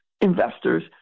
investors